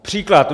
Příklad.